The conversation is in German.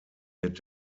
wird